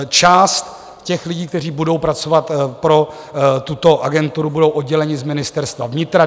Část těch lidí, kteří budou pracovat pro tuto agenturu, bude oddělena z Ministerstva vnitra.